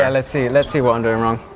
ah let's see let's see what i'm doing wrong.